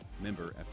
member